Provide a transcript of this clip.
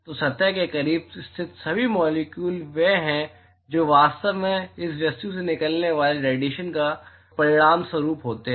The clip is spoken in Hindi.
तो सतह के करीब स्थित सभी मॉलिक्यूल वे हैं जो वास्तव में इस वस्तु से निकलने वाले रेडिएशन के परिणामस्वरूप होते हैं